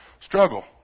struggle